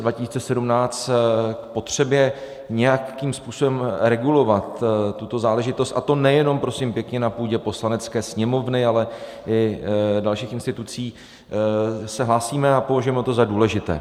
K potřebě nějakým způsobem regulovat tuto záležitost, a to nejenom prosím pěkně na půdě Poslanecké sněmovny, ale i dalších institucí, se hlásíme a považujeme to za důležité.